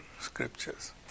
scriptures